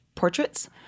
Portraits